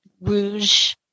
rouge